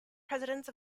presidents